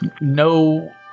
No